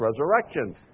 resurrection